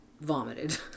vomited